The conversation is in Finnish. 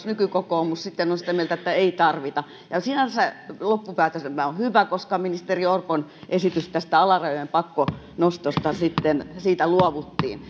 nykykokoomus on sitä mieltä että ei tarvita sinänsä loppupäätelmä on hyvä koska ministeri orpon esityksestä alarajojen pakkonostosta luovuttiin